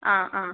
ആ ആ